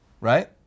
right